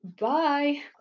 bye